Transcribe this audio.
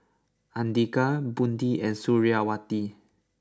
Andika Budi and Suriawati